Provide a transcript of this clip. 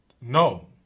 No